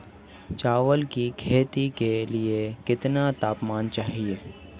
चावल की खेती के लिए कितना तापमान चाहिए?